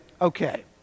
Okay